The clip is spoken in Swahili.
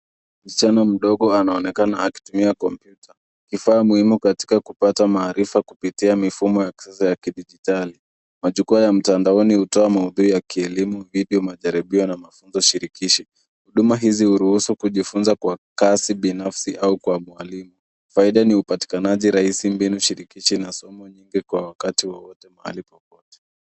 Mschana mdogo anaonekana akitumia kompyuta; kifaa muhimu katika kupata maarifa kupitia mifumo ya kisasa ya kidijitali. Majukwaa ya mtandaoni hutoa maudhui ya kielimu, vipi majaribio na mafunzo shirikishi. Huduma hizi huruhusu kujifunza kwa kasi binafsi au kwa mwalimu. Faida ni upatikanaji rahisi, mbinu shirikishi na somo nyingi kwa wakati wowote, mahali popote.